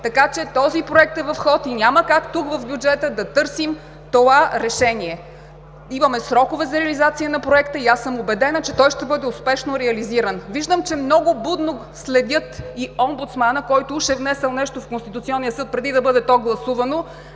така че този проект е в ход и няма как тук в бюджета да търсим това решение. Имаме срокове за реализация на проекта и аз съм убедена, че той ще бъде успешно реализиран. Виждам, че много будно следите и Омбудсмана, който уж е внесъл нещо в Конституционния съд преди то да бъде гласувано,